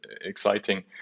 exciting